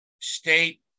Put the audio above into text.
state